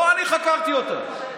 לא אני חקרתי אותה.